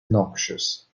noxious